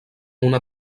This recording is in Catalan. una